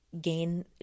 gain